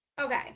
Okay